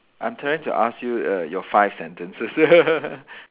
I'm trying to ask you err your five sentences